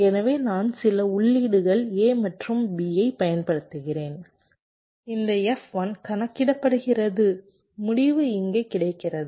எனவே நான் சில உள்ளீடுகள் A மற்றும் B ஐ பயன்படுத்துகிறேன் இந்த F1 கணக்கிடப்படுகிறது முடிவு இங்கே கிடைக்கிறது